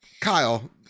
Kyle